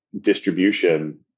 distribution